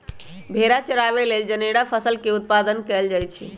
भेड़ा चराबे लेल जनेरा फसल के उत्पादन कएल जाए छै